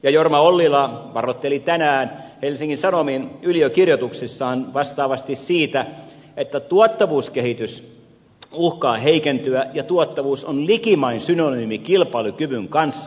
ja jorma ollila varoitteli tänään helsingin sanomien kirjoituksessaan vastaavasti siitä että tuottavuuskehitys uhkaa heikentyä ja tuottavuus on likimain synonyymi kilpailukyvyn kanssa